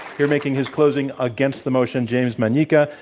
here making his closing against the motion james manyika,